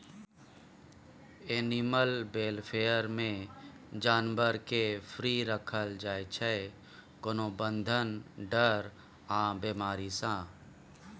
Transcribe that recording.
animal welfare मे जानबर केँ फ्री राखल जाइ छै कोनो बंधन, डर आ बेमारी सँ